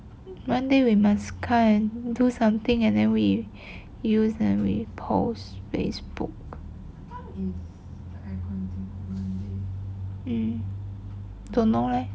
monday we must come and do something and then we use and then we post facebook um don't know leh